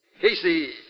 Casey